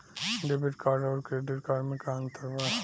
Debit card आउर credit card मे का अंतर बा?